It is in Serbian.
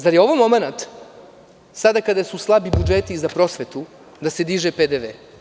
Zar je to momenat sada kada su slabi budžeti za prosvetu, da se diže PDV?